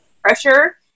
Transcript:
pressure